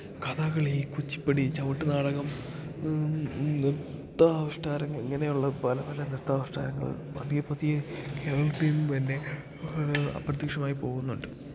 കഥകളി കുച്ചിപ്പുടി ചവിട്ടുനാടകം നൃത്താവിഷ്കാരങ്ങൾ ഇങ്ങനെയുള്ള പല പല നൃത്താവിഷ്കാരങ്ങൾ പതിയെ പതിയെ കേരളത്തിൽനിന്ന് തന്നെ അപ്രത്യക്ഷമായി പോവുന്നുണ്ട്